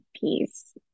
piece